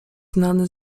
znany